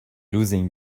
losing